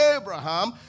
Abraham